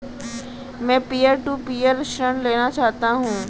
मैं peer to peer ऋण लेना चाहता हूँ